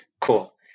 Cool